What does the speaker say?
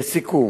לסיכום,